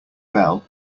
bell